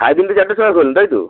সাড়ে তিনটে চারটের সময় খোলেন তাই তো